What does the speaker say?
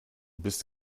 bist